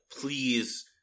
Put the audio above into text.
please